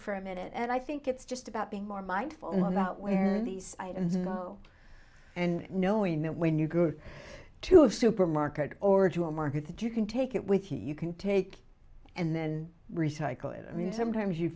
for a minute and i think it's just about being more mindful about where these items know and knowing that when you're good to have supermarket or to a market that you can take it with you you can take and then recycle it i mean sometimes you